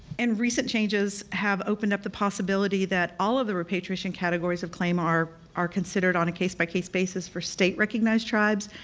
and recent changes have opened up the possibility that all of the repatriation categories of claim are are considered on a case by case basis for state recognized tribes,